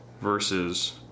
Versus